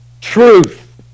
truth